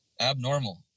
abnormal